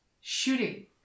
shooting